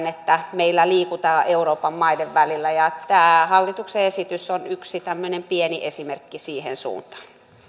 että meillä liikutaan euroopan maiden välillä tämä hallituksen esitys on yksi tämmöinen pieni esimerkki siihen suuntaan